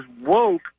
woke